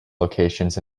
locations